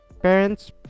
Parents